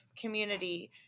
community